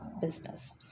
business